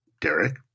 Derek